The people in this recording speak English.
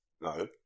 No